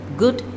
good